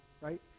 right